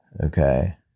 Okay